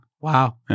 Wow